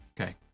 Okay